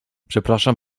przepraszam